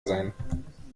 sein